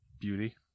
beauty